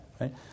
right